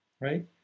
Right